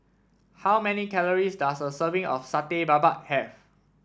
how many calories does a serving of Satay Babat have